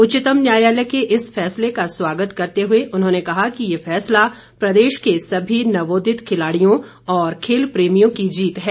उच्चतम न्यायालय के इस फैसले का स्वागत करते हुए उन्होंने कहा कि ये फैसला प्रदेश के सभी नवोदित खिलाड़ियों और खेल प्रेमियों की जीत है